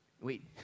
Wait